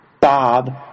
Bob